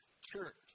church